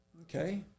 Okay